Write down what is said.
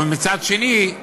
אבל מצד שני,